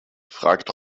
fragt